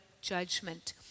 judgment